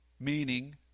Meaning